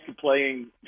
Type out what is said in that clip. playing